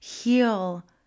Heal